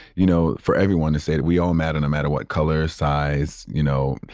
you know, for everyone to say that we all matter, no matter what color, size, you know,